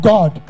God